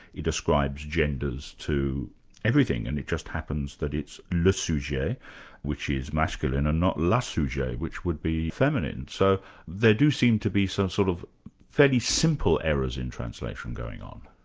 it ascribes genders to everything and it just happens that it's le sujet which is masculine, and not la sujet, which would be feminine. so there do seem to be some sort of fairly simple errors in translation going on.